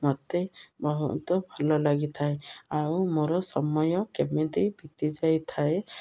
ମୋତେ ବହୁତ ଭଲ ଲାଗିଥାଏ ଆଉ ମୋର ସମୟ କେମିତି ବିତି ଯାଇଥାଏ